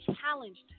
challenged